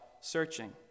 searching